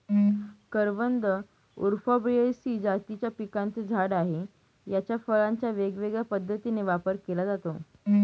करवंद उफॉर्बियेसी जातीच्या पिकाचं झाड आहे, याच्या फळांचा वेगवेगळ्या पद्धतीने वापर केला जातो